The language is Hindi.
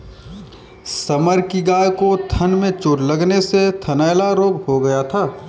समर की गाय को थन में चोट लगने से थनैला रोग हो गया था